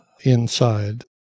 inside